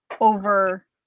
over